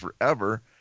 forever